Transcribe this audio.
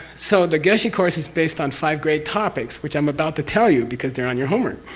so the geshe course is based on five great topics, which i'm about to tell you because they're on your homework,